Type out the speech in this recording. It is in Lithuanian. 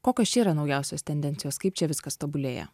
kokios čia yra naujausios tendencijos kaip čia viskas tobulėja